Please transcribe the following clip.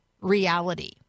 reality